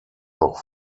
noch